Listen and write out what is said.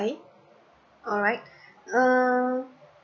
okay alright uh